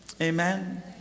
Amen